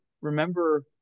remember